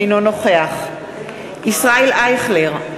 אינו נוכח ישראל אייכלר,